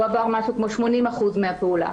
הוא עבר משהו כמו 80% מהפעולה,